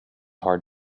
hard